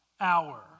hour